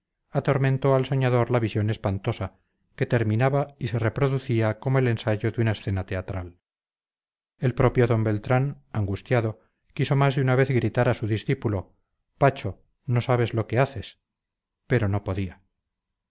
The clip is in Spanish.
atormentó al soñador la visión espantosa que terminaba y se reproducía como el ensayo de una escena teatral el propio d beltrán angustiado quiso más de una vez gritar a su discípulo pacho no sabes lo que haces pero no podía